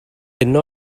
yno